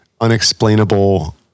unexplainable